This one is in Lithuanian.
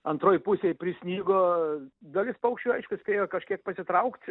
antroj pusėj prisnigo dalis paukščių aišku spėjo kažkiek pasitraukt